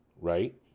right